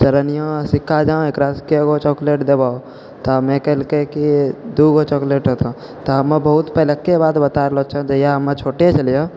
चरनिआ सिक्का जे अहाँ एकरासँ कएकगो चॉकलेट देबऽ तऽ हमे कहलकै कि दूगो चॉकलेट एतऽ तऽ हमे बहुत पहिलुके बात बतै रहलए छिअ जहिआ हमे छोटे छलिए